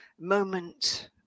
moment